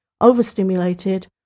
overstimulated